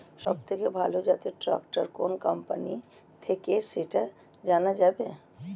সবথেকে ভালো জাতের ট্রাক্টর কোন কোম্পানি থেকে সেটা জানা যাবে?